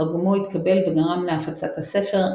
תרגומו התקבל וגרם להפצת הספר,